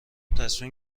تصمیم